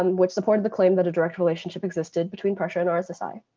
um which supported the claim that a direct relationship existed between pressure and rssi.